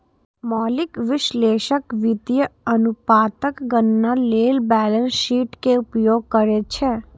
मौलिक विश्लेषक वित्तीय अनुपातक गणना लेल बैलेंस शीट के उपयोग करै छै